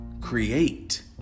Create